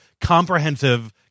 comprehensive